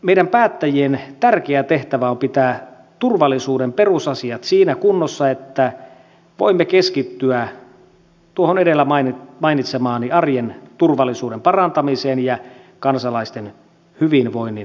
meidän päättäjien tärkeä tehtävä on pitää turvallisuuden perusasiat siinä kunnossa että voimme keskittyä tuohon edellä mainitsemaani arjen turvallisuuden parantamiseen ja kansalaisten hyvinvoinnin parantamiseen